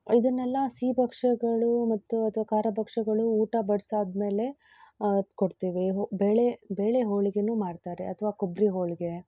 ಇದನ್ನೆಲ್ಲ ಸಿಹಿ ಭಕ್ಷ್ಯಗಳು ಮತ್ತು ಅಥವಾ ಖಾರ ಭಕ್ಷ್ಯಗಳು ಊಟ ಬಡಿಸಾದ್ಮೇಲೆ ಕೊಡ್ತೀವಿ ಬೆಳೆ ಬೆಳೆ ಹೋಳಿಗೆಯೂ ಮಾಡ್ತಾರೆ ಅಥವಾ ಕೊಬ್ಬರಿ ಹೋಳಿಗೆ